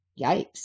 yikes